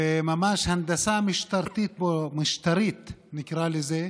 וממש הנדסה משטרית, נקרא לזה,